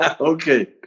Okay